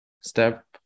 step